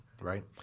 right